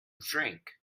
drink